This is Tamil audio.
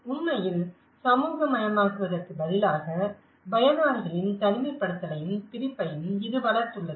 உண்மையில் சமூகமயமாக்குவதற்குப் பதிலாக பயனாளிகளின் தனிமைப்படுத்தலையும் பிரிப்பையும் இது வளர்த்துள்ளது